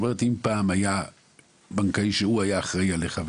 אם פעם היה בנקאי שהוא היה אחראי עליך,